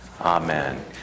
Amen